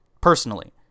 personally